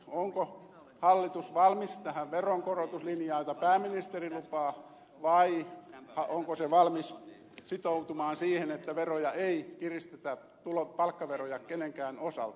onko hallitus valmis tähän veronkorotuslinjaan jota pääministeri lupaa vai onko se valmis sitoutumaan siihen että ei kiristetä palkkaveroja kenenkään osalta